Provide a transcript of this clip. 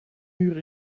muur